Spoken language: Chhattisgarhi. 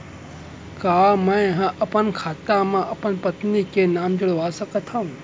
का मैं ह अपन खाता म अपन पत्नी के नाम ला जुड़वा सकथव?